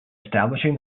establishing